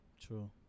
True